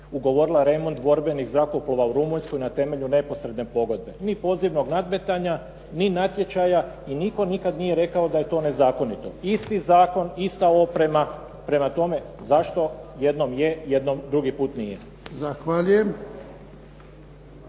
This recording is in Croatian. ugovorila remont borbenih zrakoplova u Rumunjskoj na temelju neposredne pogodbe, ni pozivnog nadmetanja, ni natječaja i nitko nikada nije rekao da je to nezakonito. Isti zakon, ista oprema, prema tome, zašto jednom je, jednom, drugi put nije.